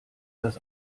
das